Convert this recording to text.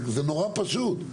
זה נורא פשוט.